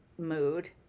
mood